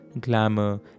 glamour